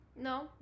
No